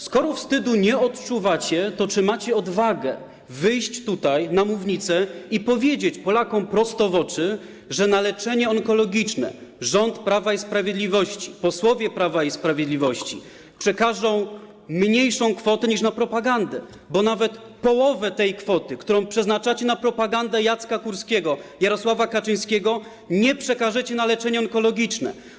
Skoro wstydu nie odczuwacie, to czy macie odwagę wyjść tutaj, na mównicę, i powiedzieć Polakom prosto w oczy, że na leczenie onkologiczne rząd Prawa i Sprawiedliwości, posłowie Prawa i Sprawiedliwości przekażą mniejszą kwotę niż na propagandę, bo nawet połowy tej kwoty, którą przeznaczacie na propagandę Jacka Kurskiego, Jarosława Kaczyńskiego, nie przekażecie na leczenie onkologiczne.